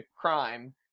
crime